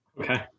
Okay